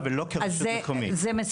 אז הם כמעסיק, כמקום עבודה ולא כרשות מקומית.